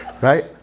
Right